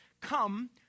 Come